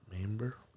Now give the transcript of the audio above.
Member